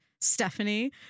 Stephanie